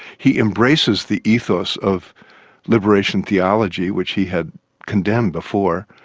he embraces the ethos of liberation theology which he had condemned before.